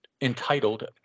entitled